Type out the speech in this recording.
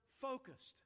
focused